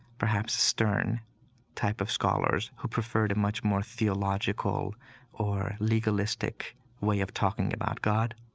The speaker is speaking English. perhaps stern type of scholars who preferred a much more theological or legalistic way of talking about god.